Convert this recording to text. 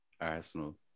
Arsenal